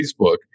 Facebook